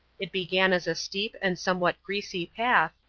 it began as a steep and somewhat greasy path,